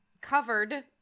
covered